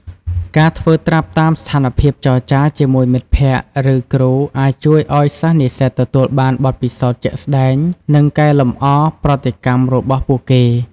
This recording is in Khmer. ការធ្វើត្រាប់តាមស្ថានភាពចរចាជាមួយមិត្តភក្តិ ឬគ្រូ អាចជួយឱ្យសិស្សនិស្សិតទទួលបានបទពិសោធន៍ជាក់ស្តែង និងកែលម្អប្រតិកម្មរបស់ពួកគេ។